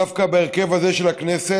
דווקא בהרכב הזה של הכנסת,